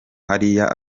hariya